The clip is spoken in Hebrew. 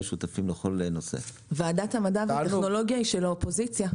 ועדת המדע והטכנולוגיה היא של האופוזיציה,